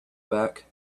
back